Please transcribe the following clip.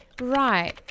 Right